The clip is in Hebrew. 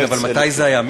כן, אבל מתי זה היה?